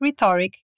rhetoric